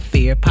Fear